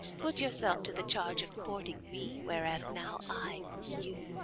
put yourself to the charge of courting me, whereas now i woo you.